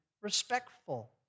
respectful